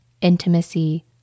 intimacy